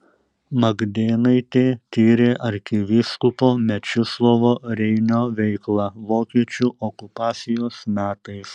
magdėnaitė tyrė arkivyskupo mečislovo reinio veiklą vokiečių okupacijos metais